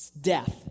death